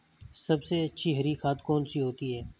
सबसे अच्छी हरी खाद कौन सी होती है?